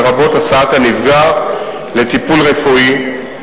לרבות הסעת הנפגע לטיפול רפואי,